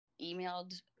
emailed